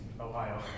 Ohio